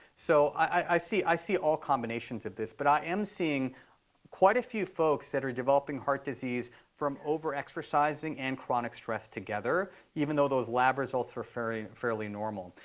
so i see i see all combinations of this. but i am seeing quite a few folks that are developing heart disease from overexercising and chronic stress together, even though those lab results were fairly fairly normal.